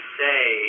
say